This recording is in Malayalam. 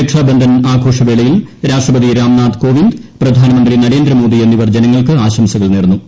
രക്ഷാബന്ധൻ ആഘോഷവേളയിൽ രാഷ്ട്രപതി രാംനാഥ് കോവിന്ദ് പ്രധാനമന്ത്രി നരേന്ദ്രമോദി എന്നിവർ ജനങ്ങൾക്ക് ആശംസകൾ നേർന്നു